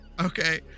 okay